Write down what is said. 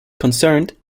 concerned